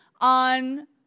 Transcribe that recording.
on